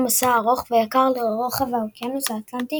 מסע ארוך ויקר לרוחב האוקיינוס האטלנטי